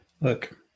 Look